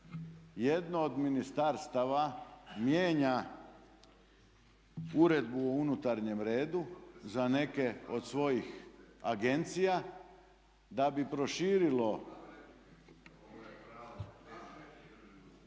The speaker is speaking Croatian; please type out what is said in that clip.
jedno od ministarstava mijenja uredbu o unutarnjem redu za neke od svojih agencija da bi proširilo